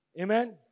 Amen